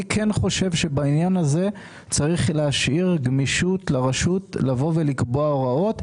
אני חושב שבעניין הזה צריך להשאיר גמישות לרשות לקבוע הוראות,